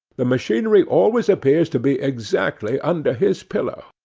the machinery always appears to be exactly under his pillow.